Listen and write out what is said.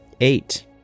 Eight